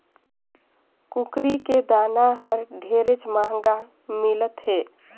कुकरी के दाना हर ढेरेच महंगा मिलत हे